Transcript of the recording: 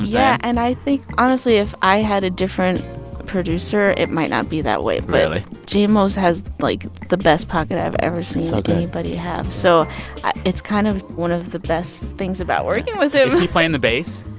yeah. and i think, honestly, if i had a different producer, it might not be that way really? but j. most has, like, the best pocket i have ever seen. it's so good. anybody have. so it's kind of one of the best things about working with him is he playing the bass?